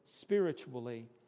spiritually